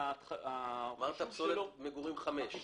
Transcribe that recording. אמרת שפסולת המגורים היא 5,